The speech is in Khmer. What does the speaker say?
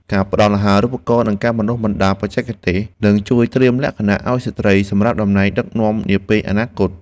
ការផ្តល់អាហារូបករណ៍និងការបណ្តុះបណ្តាលបច្ចេកទេសនឹងជួយត្រៀមលក្ខណៈឱ្យស្ត្រីសម្រាប់តំណែងដឹកនាំនាពេលអនាគត។